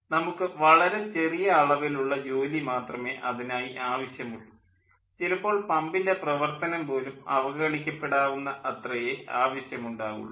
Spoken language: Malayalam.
നമുക്ക് വളരെ ചെറിയ അളവിലുള്ള ജോലി മാത്രമേ അതിനായി ആവശ്യമുള്ളൂ ചിലപ്പോൾ പമ്പിൻ്റെ പ്രവർത്തനം പോലും അവഗണിക്കപ്പെടാവുന്ന അത്രയേ ആവശ്യം ഉണ്ടാകുള്ളൂ